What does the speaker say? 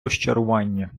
розчарування